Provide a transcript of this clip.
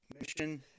Mission